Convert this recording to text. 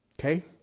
Okay